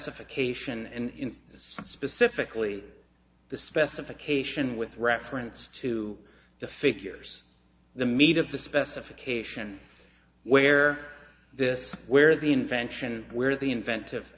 specification and specifically the specification with reference to the figures the meat of the specification where this where the invention where the inventive